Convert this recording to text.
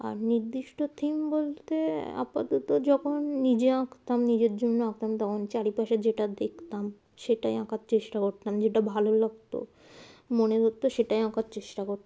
আর নির্দিষ্ট থিম বলতে আপাতত যখন নিজে আঁকতাম নিজের জন্য আঁকতাম তখন চারিপাশে যেটা দেখতাম সেটাই আঁকার চেষ্টা করতাম যেটা ভালো লাগতো মনে ধরতো সেটাই আঁকার চেষ্টা করতাম